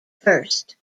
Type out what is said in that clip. first